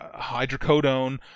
hydrocodone